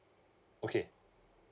okay